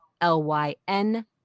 L-Y-N